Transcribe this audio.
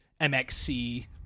MXC